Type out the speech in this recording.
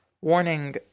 Warning